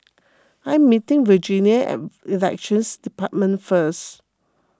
I am meeting Virginia at Elections Department first